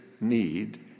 need